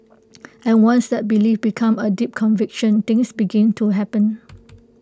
and once that belief becomes A deep conviction things begin to happen